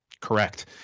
correct